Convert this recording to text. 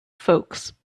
folks